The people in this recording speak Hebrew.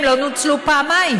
הם לא נוצלו פעמיים: